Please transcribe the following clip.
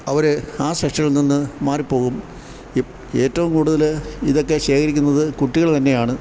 അവര് ആ സെക്ഷനിൽ നിന്നു മാറിപ്പോകും ഏറ്റവും കൂടുതല് ഇതൊക്കെ ശേഖരിക്കുന്നതു കുട്ടികൾ തന്നെയാണ്